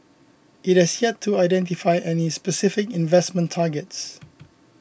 it has yet to identify any specific investment targets